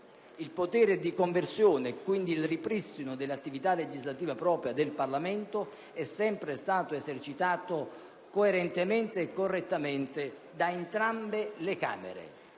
Il potere di conversione e quindi il ripristino dell'attività legislativa propria del Parlamento è sempre stato esercitato coerentemente e correttamente da entrambe le Camere.